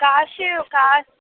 కాషివకా